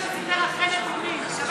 המוסד הזה שאת מדברת עליו הוא